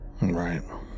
Right